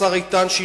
השר איתן,